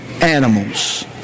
animals